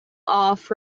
off